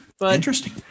Interesting